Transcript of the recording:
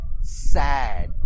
sad